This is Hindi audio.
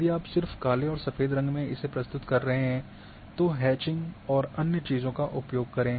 यदि आप सिर्फ काले और सफेद रंग में इसे प्रस्तुत कर रहे हैं तो हैचिंग और अन्य चीजों का उपयोग करें